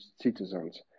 citizens